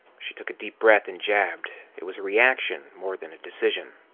she took a breath and jabbed. it was a reaction more than a decision.